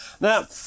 Now